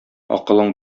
акылың